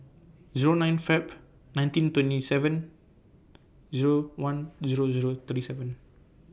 Zero nine February nineteen twenty seven Zero one Zero Zero thirty seven